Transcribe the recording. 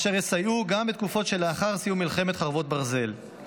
אשר יסייעו גם בתקופות שלאחר סיום מלחמת חרבות ברזל,